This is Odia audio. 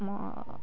ମୋ